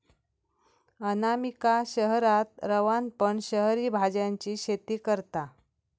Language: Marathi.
अनामिका शहरात रवान पण शहरी भाज्यांची शेती करता